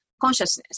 consciousness